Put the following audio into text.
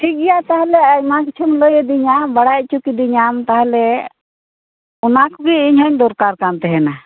ᱴᱷᱤᱠ ᱜᱮᱭᱟ ᱛᱟᱦᱚᱞᱮ ᱟᱭᱢᱟ ᱠᱤᱪᱷᱩᱢ ᱞᱟᱹᱭᱟᱫᱤᱧᱟ ᱵᱟᱲᱟᱭ ᱚᱪᱚ ᱠᱤᱫᱤᱧᱟᱢ ᱛᱟᱦᱚᱞᱮ ᱚᱱᱟ ᱠᱚᱜᱮ ᱤᱧ ᱦᱚᱧ ᱫᱚᱨᱠᱟᱨ ᱠᱟᱱ ᱛᱟᱦᱮᱱᱟ